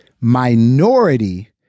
minority